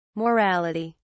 Morality